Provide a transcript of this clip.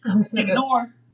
Ignore